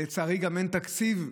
לצערי, גם אין תקציב.